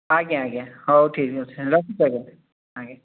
ଆଜ୍ଞା ଆଜ୍ଞା ହଉ ଠିକ୍ ଅଛି ରଖୁଛି ଆଜ୍ଞା